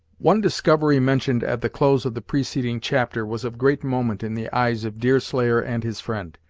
one discovery mentioned at the close of the preceding chapter was of great moment in the eyes of deerslayer and his friend.